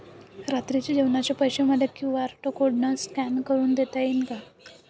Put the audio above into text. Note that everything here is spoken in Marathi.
रात्रीच्या जेवणाचे पैसे मले क्यू.आर कोड स्कॅन करून देता येईन का?